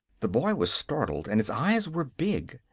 the boy was startled and his eyes were big.